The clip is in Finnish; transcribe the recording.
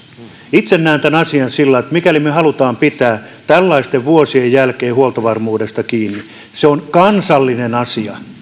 itse näen tämän asian sillä lailla että mikäli me haluamme pitää tällaisten vuosien jälkeen huoltovarmuudesta kiinni niin se on kansallinen asia